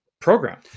program